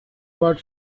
bird